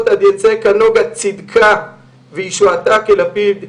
עד ייצא כנוגה צדקה וישועתה כלפיד יבער.